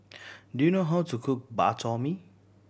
do you know how to cook Bak Chor Mee